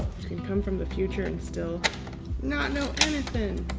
and come from the future and still not know anything!